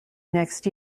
next